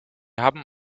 haben